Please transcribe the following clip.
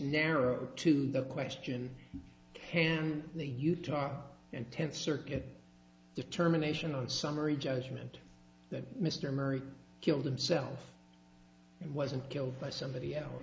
narrow to the question can the utah and tenth circuit determination on summary judgment that mr murray killed himself and wasn't killed by somebody else